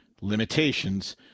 Limitations